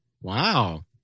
Wow